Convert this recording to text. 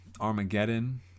Armageddon